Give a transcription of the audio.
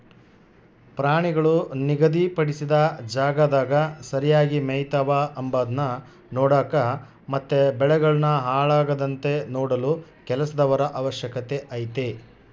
ಪ್ರಾಣಿಗಳು ನಿಗಧಿ ಪಡಿಸಿದ ಜಾಗದಾಗ ಸರಿಗೆ ಮೆಯ್ತವ ಅಂಬದ್ನ ನೋಡಕ ಮತ್ತೆ ಬೆಳೆಗಳನ್ನು ಹಾಳಾಗದಂತೆ ನೋಡಲು ಕೆಲಸದವರ ಅವಶ್ಯಕತೆ ಐತೆ